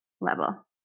level